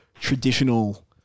traditional